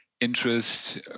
interest